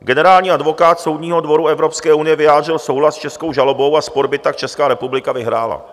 Generální advokát Soudního dvora Evropské unie vyjádřil souhlas s českou žalobou a spor by tak Česká republika vyhrála.